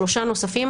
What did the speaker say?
שלושה נוספים,